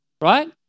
right